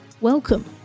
Welcome